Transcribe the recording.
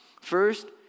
First